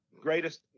greatest